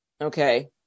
Okay